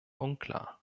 unklar